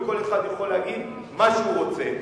וכל אחד יכול להגיד מה שהוא רוצה.